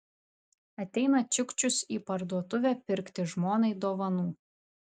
ateina čiukčius į parduotuvę pirkti žmonai dovanų